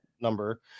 number